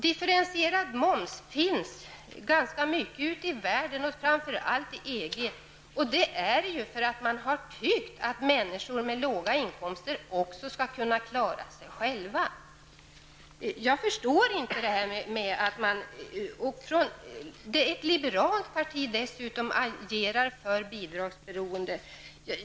Differentierad moms finns ganska mycket ute i världen och framför allt i EG. Det är ju för att man har tyckt att människor med låga inkomster också skall kunna klara sig själva. Jag förstår inte att dessutom ett liberalt parti agerar för bidragsberoende.